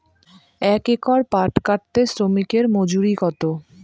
এক একর পাট কাটতে শ্রমিকের মজুরি কত?